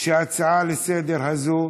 שהצעה לסדר-היום הזאת,